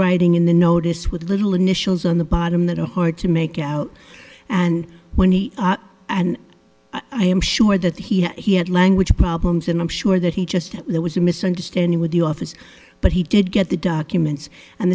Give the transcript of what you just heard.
writing in the notice with little initials on the bottom that are hard to make out and went out and i am sure that he had language problems and i'm sure that he just there was a misunderstanding with the office but he did get the documents and